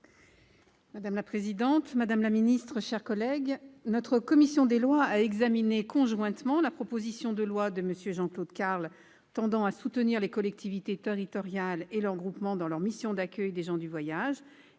Madame la présidente, madame la ministre, chers collègues, la commission des lois a examiné conjointement la proposition de loi de M. Jean-Claude Carle tendant à soutenir les collectivités territoriales et leurs groupements dans leur mission d'accueil des gens du voyage